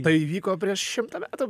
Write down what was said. tai įvyko prieš šimtą metų